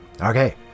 Okay